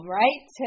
right